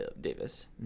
davis